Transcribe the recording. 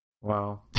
Wow